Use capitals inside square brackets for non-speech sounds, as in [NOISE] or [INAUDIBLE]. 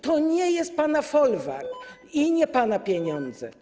To nie jest pana folwark [NOISE] i nie pana pieniądze.